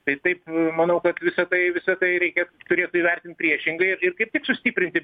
tai taip manau kad visa tai visa tai reikia turėtų įvertint priešingai ir kaip tik sustiprinti